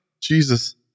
Jesus